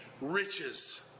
riches